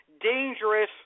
dangerous